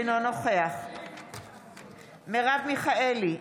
אינו נוכח מרב מיכאלי,